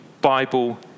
Bible